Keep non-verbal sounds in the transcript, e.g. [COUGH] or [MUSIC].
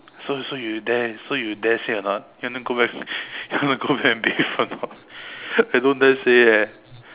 so so you dare so you dare say or not you want to go back [LAUGHS] you want to go back and bathe or not I don't dare say eh